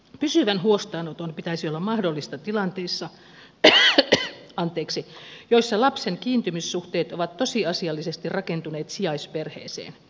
pysyvän huostaanoton pitäisi olla mahdollista tilanteissa joissa lapsen kiintymyssuhteet ovat tosiasiallisesti rakentuneet sijaisperheeseen